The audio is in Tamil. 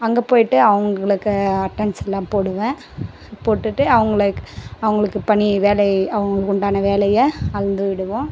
அங்கே போயிவிட்டு அவங்களுக்கு அட்டெண்டன்ஸ் எல்லாம் போடுவேன் போட்டுவிட்டு அவங்களுக் அவங்களுக்கு பணி வேலை அவங்களுக்கு உண்டான வேலையை அளந்து விடுவோம்